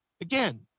again